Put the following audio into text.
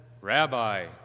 Rabbi